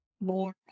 more